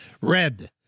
Red